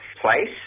place